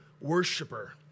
worshiper